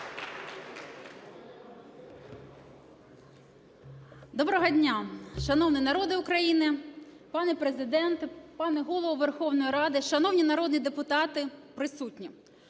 Доброго дня, шановний народе України, пане Президенте, пане Голово Верховної Ради, шановні народні депутати, присутні!